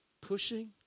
Pushing